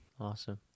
Awesome